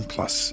Plus